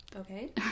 okay